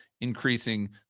increasing